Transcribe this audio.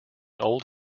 old